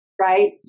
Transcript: right